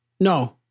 No